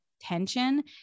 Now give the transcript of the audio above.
tension